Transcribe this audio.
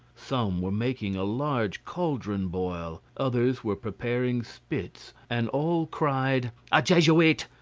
some were making a large cauldron boil, others were preparing spits, and all cried a jesuit!